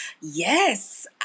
Yes